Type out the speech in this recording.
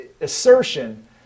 assertion